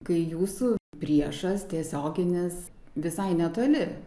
kai jūsų priešas tiesioginis visai netoli